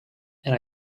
and